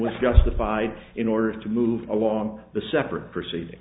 was justified in order to move on the separate proceeding